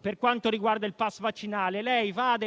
per quanto riguarda il *pass* vaccinale, vada